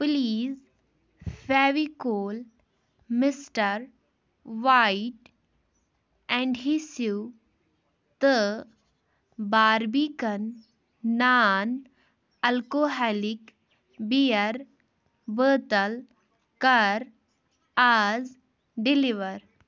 please Fevicol mister white اینٛڈہِٮسِو تہٕ Barbican non alcoholic beer bottle کَر آز ڈِلِوَر